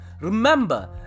Remember